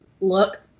look